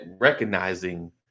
recognizing